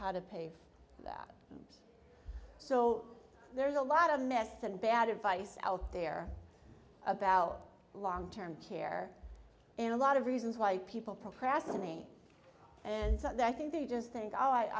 how to pay for that so there's a lot of mess and bad advice out there about long term care and a lot of reasons why people procrastinate and so i think they just think oh i